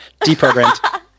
Deprogrammed